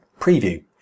Preview